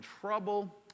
trouble